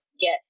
get